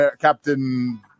Captain